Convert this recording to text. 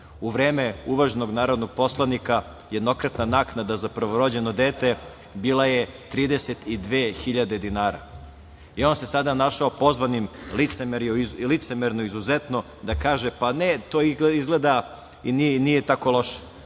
vreme uvaženog narodnog poslanika jednokratna naknada za prvorođeno dete bila je 32.000 dinara i on se sada našao pozvanim, izuzetno licemerno da kaže – pa, ne to izgleda i nije tako loše.